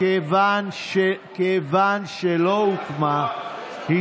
והיושב-ראש היה